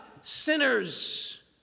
Sinners